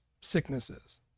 sicknesses